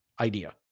idea